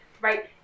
Right